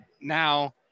now